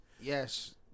Yes